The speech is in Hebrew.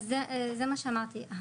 אז זה מה שאמרתי,